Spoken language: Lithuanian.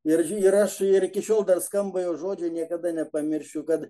ir ji ir aš dar iki šiol skamba jos žodžiai niekada nepamiršiu kad